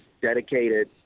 Dedicated